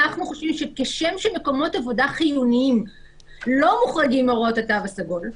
אנחנו חושבים שכשם שמקומות עבודה חיוניים לא מוחרגים מהוראות התו הסגול,